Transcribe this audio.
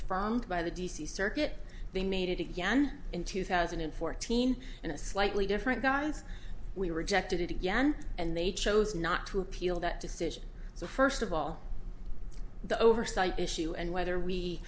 affirmed by the d c circuit they made it again in two thousand and fourteen in a slightly different guise we rejected it again and they chose not to appeal that decision so first of all the oversight issue and whether we